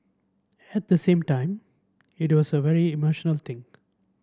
at the same time it was a very emotional thing